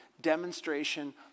demonstration